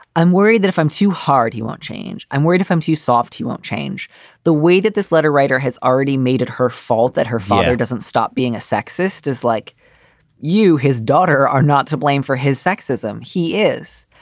i'm worried that if i'm too hard, he won't change. change. i'm worried if i'm too soft, he won't change the way that this letter writer has already made it. her fault that her father doesn't stop being a sexist as like you, his daughter are not to blame for his sexism. he is.